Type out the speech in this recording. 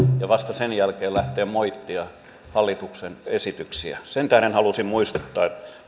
ja vasta sen jälkeen lähteä moittimaan hallituksen esityksiä sen tähden halusin muistuttaa